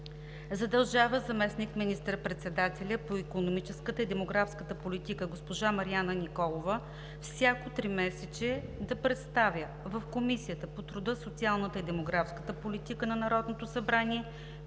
Задължава заместник министър-председателя по икономическата и демографската политика госпожа Марияна Николова всяко тримесечие да представя в Комисията по труда, социалната и демографска политика на Народното събрание